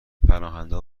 پناهندهها